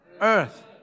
earth